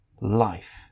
life